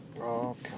okay